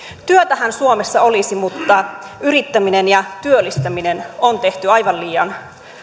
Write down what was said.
työtähän suomessa olisi mutta yrittäminen ja työllistäminen on tehty aivan liian